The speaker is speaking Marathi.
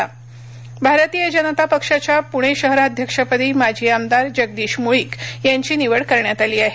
भाजप शहराध्यक्ष भारतीय जनता पक्षाच्या पूणे शहराध्यक्षपदी माजी आमदार जगदीश मूळीक यांचीनिवड करण्यात आली आहे